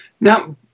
Now